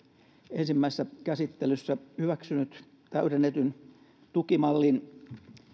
ensimmäisessä käsittelyssä hyväksynyt täydennetyn tukimallin